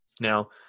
Now